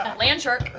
land shark.